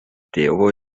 tėvo